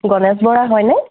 গণেশ বৰা হয়নে